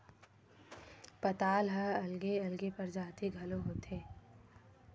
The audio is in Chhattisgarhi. पताल ह अलगे अलगे परजाति घलोक होथे